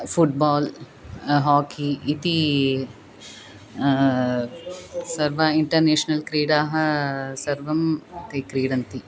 football hockey इति सर्वाः international क्रीडाः सर्वं ते क्रीडन्ति